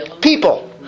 people